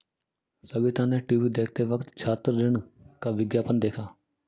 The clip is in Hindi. सविता ने टीवी देखते वक्त छात्र ऋण का विज्ञापन देखा